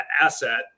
asset